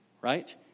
right